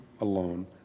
alone